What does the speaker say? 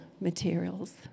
materials